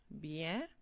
bien